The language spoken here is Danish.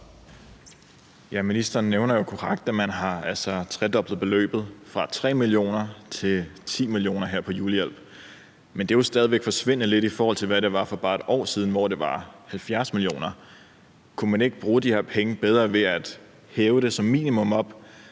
ministeren nævner jo korrekt, at man har tredoblet beløbet fra 3 mio. kr. til 10 mio. kr. til julehjælp, men det er jo stadig væk forsvindende lidt, i forhold til hvad det var for bare et år siden, hvor det var 70 mio. kr. Kunne man ikke bruge de her penge bedre ved som minimum at